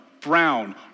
Brown